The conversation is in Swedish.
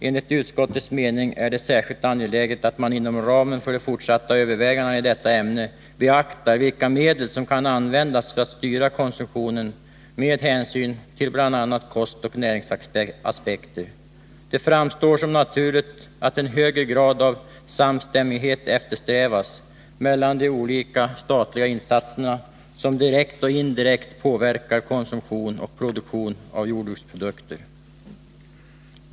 Enligt utskottets mening är det särskilt angeläget att man inom ramen för de fortsatta övervägandena i detta ämne beaktar vilka medel som kan användas för att styra konsumtionen med hänsyn till bl.a. kostoch näringsaspekter. Det framstår som naturligt att en högre grad av samstämmighet eftersträvas mellan de olika statliga insatserna, som direkt eller indirekt påverkar konsumtion och produktion av jordbruksprodukter.